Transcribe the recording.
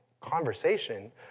conversation